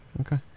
Okay